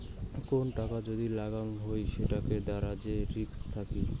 কোন টাকা যদি লাগাং হই সেটোর দ্বারা যে রিস্ক থাকি